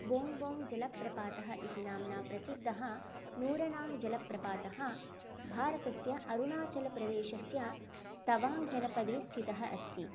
बोङ्ग् बोङ्ग् जलप्रपातः इति नाम्ना प्रसिद्धः नूरनाङ्ग् जलप्रपातः भारतस्य अरुणाचलप्रदेशस्य तवाङ्ग् जनपदे स्थितः अस्ति